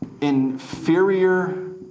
inferior